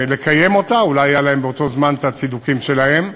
לקיים, אולי היו להם באותו זמן הצידוקים שלהם.